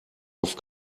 auf